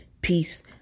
Peace